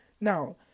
Now